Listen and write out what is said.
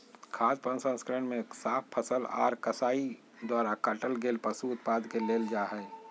खाद्य प्रसंस्करण मे साफ फसल आर कसाई द्वारा काटल गेल पशु उत्पाद के लेल जा हई